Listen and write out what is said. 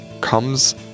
comes